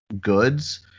goods